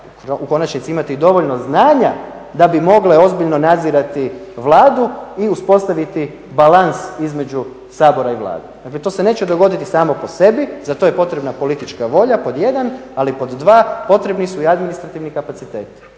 u konačnici imati i dovoljno znanja da bi mogle ozbiljno nadzirati Vladu i uspostaviti balans između Sabora i Vlade. Dakle to se neće dogoditi samo po sebi, za to je potrebna politička volja pod 1. ali pod 2. potrebni su i administrativni kapaciteti.